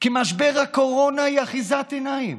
כי משבר הקורונה הוא אחיזת עיניים.